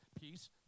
peace